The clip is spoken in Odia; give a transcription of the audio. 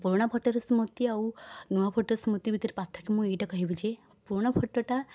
ପୁରୁଣା ଫଟୋର ସ୍ମୁତି ଆଉ ନୂଆ ଫଟୋ ମଧ୍ୟରେ ସ୍ମୁତି ପାର୍ଥକ୍ୟ ମୁଁ ଏଇଟା କହିବି ଯେ ପୁରୁଣା ଫଟୋଟା